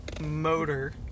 motor